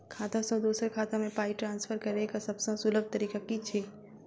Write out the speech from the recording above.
खाता सँ दोसर खाता मे पाई ट्रान्सफर करैक सभसँ सुलभ तरीका की छी?